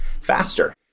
faster